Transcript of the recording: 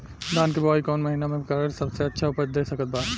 धान के बुआई कौन महीना मे करल सबसे अच्छा उपज दे सकत बा?